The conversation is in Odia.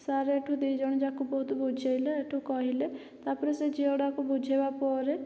ସାର୍ ହେଟୁ ଦି ଜଣ ଯାକୁ ବହୁତ ବୁଝେଇଲେ ହେଟୁ କହିଲେ ତାପରେ ସେ ଝିଅଟାକୁ ବୁଝେଇବା ପରେ